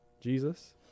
Jesus